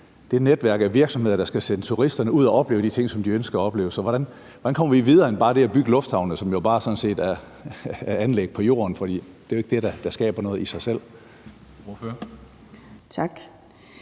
der det netværk af virksomheder, der skal sende turisterne ud at opleve de ting, som de ønsker at opleve. Så hvordan kommer vi videre end til det bare at bygge lufthavne, som jo sådan set bare er anlæg på jorden? For det er jo ikke det, der skaber noget i sig selv.